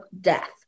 death